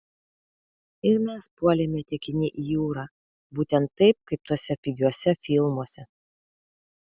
ir mes puolėme tekini į jūrą būtent taip kaip tuose pigiuose filmuose